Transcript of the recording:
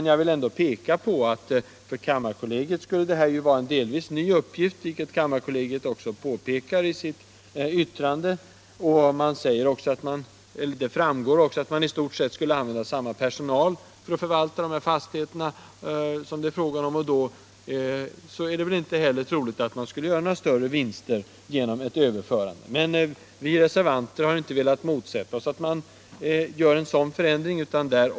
Och jag vill peka på att för kammarkollegiet skulle detta vara en delvis ny uppgift, vilket kollegiet också framhåller i sitt yttrande. Det framgår även att man skulle använda i stort sett samma personal för att förvalta de fastigheter som det är fråga om, och då är det väl inte heller troligt att man skulle göra några större vinster genom ett överförande. Men vi reservanter har inte velat motsätta oss att man gör en sådan förändring.